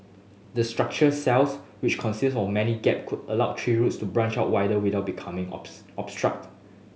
the structure cells which consist of many gap could allow tree roots to branch out wider without becoming opts obstructed